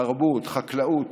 תרבות, חקלאות.